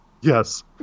Yes